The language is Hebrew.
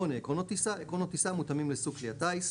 עקרונות טיסה - עקרונות טיסה המותאמים לסוג כלי הטיס,